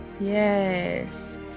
yes